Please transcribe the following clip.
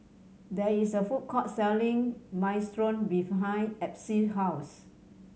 there is a food court selling Minestrone behind Epsie's house